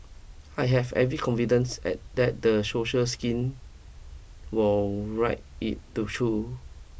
I have every confidence at that the social skin will ride it through